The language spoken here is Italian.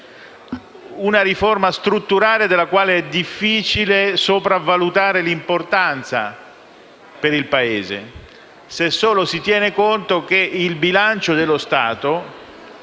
una riforma strutturale della quale è difficile sopravvalutare l'importanza per il Paese se solo si tiene conto del fatto che, grosso